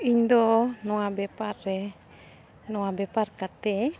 ᱤᱧ ᱫᱚ ᱱᱚᱣᱟ ᱵᱮᱯᱟᱨ ᱨᱮ ᱱᱚᱣᱟ ᱵᱮᱯᱟᱨ ᱠᱟᱛᱮᱫ